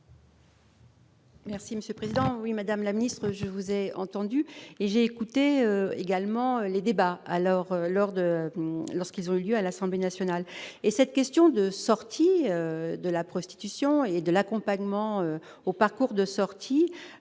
Merci Monsieur Président oui, madame la ministre, je vous ai entendu et j'ai écouté également les débats alors lors de lorsqu'ils ont eu lieu à l'Assemblée nationale et cette question de sortie de la prostitution et de l'accompagnement au parcours de sortie,